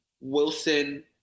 Wilson